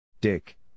Dick